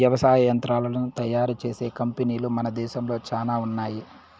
వ్యవసాయ యంత్రాలను తయారు చేసే కంపెనీలు మన దేశంలో చానా ఉన్నాయి